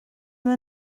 ddim